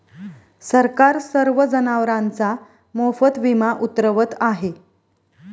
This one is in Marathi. सरकार सर्व जनावरांचा मोफत विमा उतरवत आहे